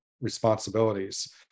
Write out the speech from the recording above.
responsibilities